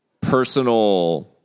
personal